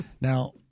Now